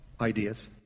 ideas